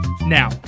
Now